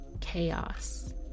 chaos